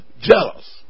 jealous